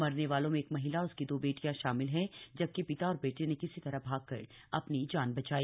मरने वालों में एक महिला और उसकी दो बेटियां शामिल हैं जबकि पिता और बेटे ने किसी तरह भागकर अपनी जान बचाई